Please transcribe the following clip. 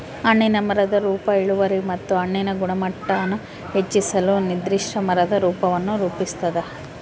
ಹಣ್ಣಿನ ಮರದ ರೂಪ ಇಳುವರಿ ಮತ್ತು ಹಣ್ಣಿನ ಗುಣಮಟ್ಟಾನ ಹೆಚ್ಚಿಸಲು ನಿರ್ದಿಷ್ಟ ಮರದ ರೂಪವನ್ನು ರೂಪಿಸ್ತದ